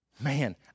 man